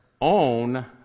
own